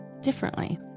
differently